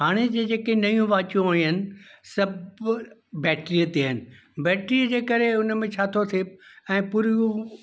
हाणे जूं जेके नयूं वाचियूं आयूं आहिनि सभु बैटरीअ ते आहिनि बैटरीअ जे करे उनमें छा थो थिए ऐं पूरियूं